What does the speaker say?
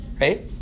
right